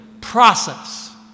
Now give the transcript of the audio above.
process